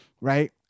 Right